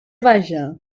vaja